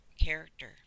character